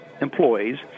employees